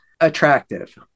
attractive